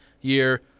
year